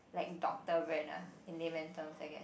like doctor brand ah in layman terms I guess